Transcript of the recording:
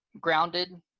Grounded